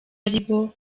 aribo